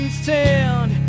stand